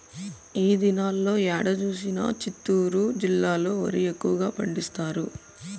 ఈ దినాల్లో ఏడ చూసినా చిత్తూరు జిల్లాలో వరి ఎక్కువగా పండిస్తారు